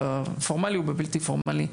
בפורמלי ובבלתי פורמלי,